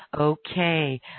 Okay